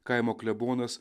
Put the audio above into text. kaimo klebonas